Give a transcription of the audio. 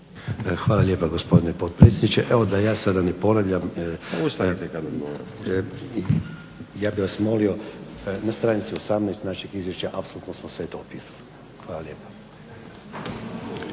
Hvala lijepa gospodine potpredsjedniče. Evo da ja sada ne ponavljam ja bih vas molio na stranici 18. našeg Izvješća apsolutno smo sve to opisali. Hvala lijepa.